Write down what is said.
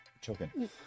Choking